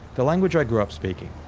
the language i grew up speaking.